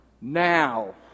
now